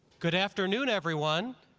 good afternoon everyone.